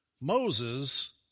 Moses